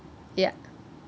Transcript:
ya